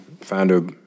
founder